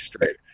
straight